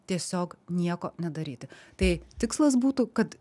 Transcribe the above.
tiesiog nieko nedaryti tai tikslas būtų kad